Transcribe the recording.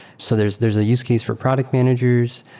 so there's there's a use case for product managers.